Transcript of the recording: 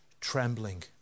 trembling